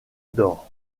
d’or